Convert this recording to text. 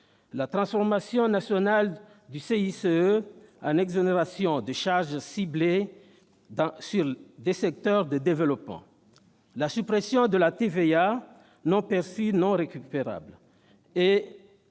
la transformation nationale du CICE en exonérations de charges ciblées sur des secteurs en développement, la suppression de la TVA non perçue récupérable et